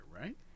right